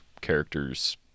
character's